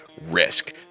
risk